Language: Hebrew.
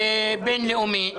הבין-לאומי.